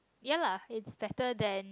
ya lah it's better than